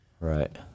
Right